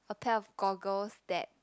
a pair of goggles that